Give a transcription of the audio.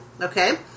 okay